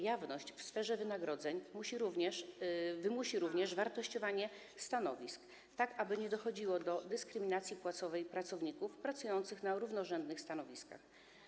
Jawność w sferze wynagrodzeń wymusi również wartościowanie stanowisk, tak aby nie dochodziło do dyskryminacji płacowej pracowników pracujących na równorzędnych stanowiskach.